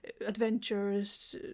adventures